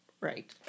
Right